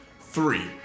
Three